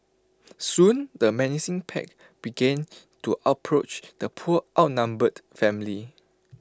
soon the menacing pack began to approach the poor outnumbered family